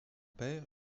père